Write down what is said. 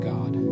God